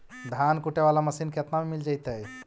धान कुटे बाला मशीन केतना में मिल जइतै?